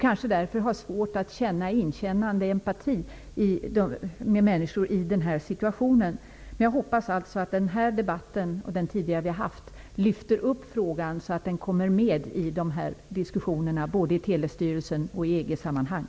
Kanske har de därför svårt att känna inkännande empati med människor i en sådan här situation. Jag hoppas alltså att den här debatten och den vi hade tidigare lyfter upp frågan, så att den kommer med i diskussionerna både i Telestyrelsen och i EG sammanhang.